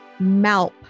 MALP